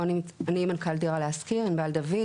אני מנכ"ל דירה להשכיר, ענבל דוד.